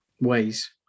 ways